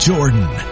Jordan